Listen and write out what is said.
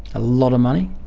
a lot of money.